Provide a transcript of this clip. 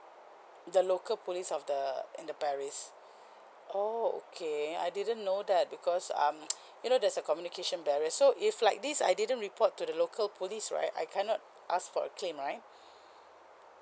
the local police of the in the paris oh okay I didn't know that because um you know there's a communication barrier so if like this I didn't report to the local police right I cannot ask for a claim right